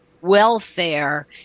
welfare